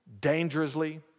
dangerously